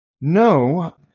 No